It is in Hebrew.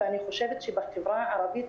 ואני חושבת שבחברה הערבית